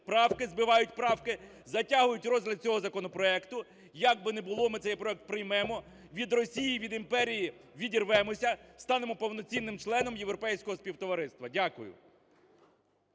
правки, збивають правки, затягують розгляд цього законопроекту. Як би не було, ми цей проект приймемо, від Росії, від імперії відірвемося, станемо повноцінним членом європейського співтовариства. Дякую.